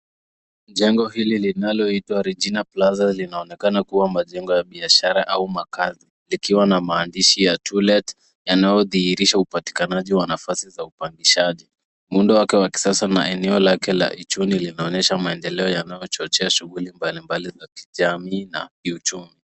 Jengo hili linalo itwa Regina plaza linaonekana kuwa majengo ya biashara au makazi likiwa na maandishi ya To let yanayodhihirisha upatikanaji wa nafasi za upangishaji muundo wake wa kisasa na eneo lake la ukumbi linaonyesha maendeleo yanayo chochea shughuli mbali mbali za kijamii na kiuchumi.